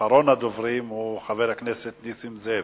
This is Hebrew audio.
אחרון הדוברים הוא חבר הכנסת נסים זאב.